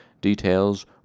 details